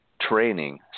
training